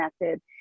method